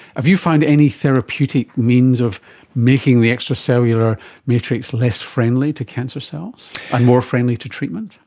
have you found any therapeutic means of making the extracellular matrix less friendly to cancer cells and more friendly to treatment?